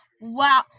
wow